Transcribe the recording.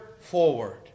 forward